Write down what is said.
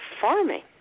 farming